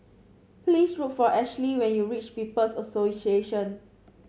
please look for Ashly when you reach People's Association